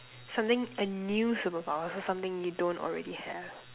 something a new superpower so something you don't already have